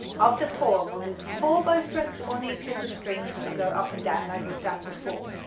after four we'll do four bow strokes on each of the strings and we go up and down like we've done before,